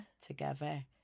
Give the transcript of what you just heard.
together